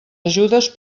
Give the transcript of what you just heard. ajudes